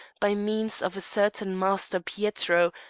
by means of a certain master pietro,